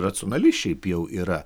racionali šiaip jau yra